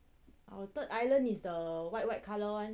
our third island is the white white colour [one]